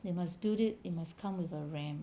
they must build it it must come with a ram